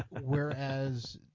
Whereas